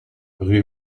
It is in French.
rue